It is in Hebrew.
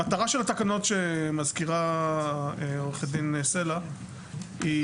המטרה של התקנות שמזכירה עורכת הדין סלע היא